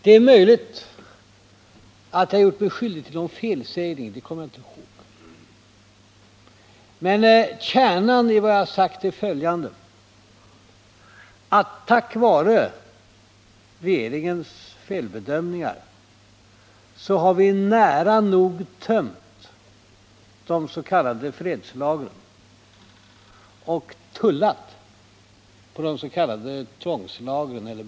Det är möjligt att jag har gjort mig skyldig till någon felsägning — det kommer jag inte ihåg — men kärnan i vad jag har sagt är följande: På grund av regeringens felbedömningar har vi nära nog tömt de s.k. fredslagren och mer än någonsin tidigare tullat på des.k.